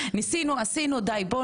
יש לכן עבודה לעשות,